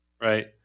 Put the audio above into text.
Right